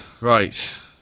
Right